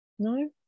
No